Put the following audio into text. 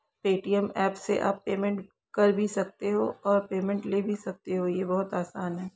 Paytm app से आप payment कर भी सकते हो और पेमेंट ले भी सकते हो, ये बहुत आसान है